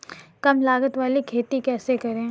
कम लागत वाली खेती कैसे करें?